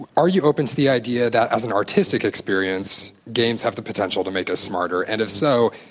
are you open to the idea that, as an artistic experience, games have the potential to make us smarter. and if so,